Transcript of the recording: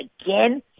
again